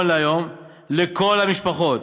לכל המשפחות